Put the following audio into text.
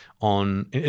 on –